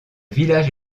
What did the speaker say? village